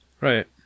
Right